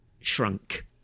shrunk